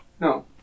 No